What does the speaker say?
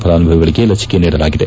ಫಲಾನುಭವಿಗಳಿಗೆ ಲಸಿಕೆ ನೀಡಲಾಗಿದೆ